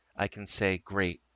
i can say great.